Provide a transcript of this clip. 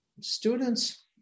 Students